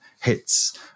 hits